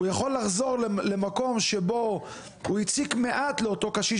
הוא יכול לחזור למקום שבו הוא הציק מעט לאותו קשיש,